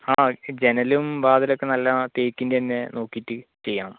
ആ ജനലും വാതിലൊക്കെ നല്ല തേക്കിൻ്റെ തന്നെ നോക്കിയിട്ട് ചെയ്യാം